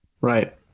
Right